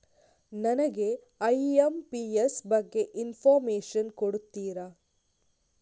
ನನಗೆ ಐ.ಎಂ.ಪಿ.ಎಸ್ ಬಗ್ಗೆ ಇನ್ಫೋರ್ಮೇಷನ್ ಕೊಡುತ್ತೀರಾ?